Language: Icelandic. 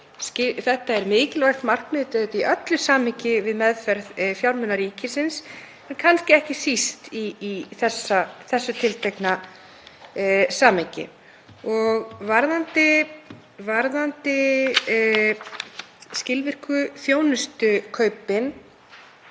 þetta er mikilvægt markmið í öllu samhengi við meðferð fjármuna ríkisins og kannski ekki síst í þessu tiltekna samhengi. Varðandi skilvirku þjónustukaupin